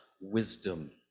wisdom